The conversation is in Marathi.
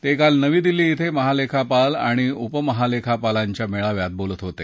ते काल नवी दिल्ली क्वे महालेखापाल आणि उपमहालेखापालांच्या मेळाव्यात बोलत होते